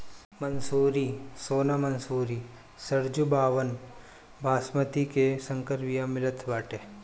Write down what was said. मंसूरी, सोना मंसूरी, सरजूबावन, बॉसमति के संकर बिया मितल बाटे